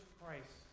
Christ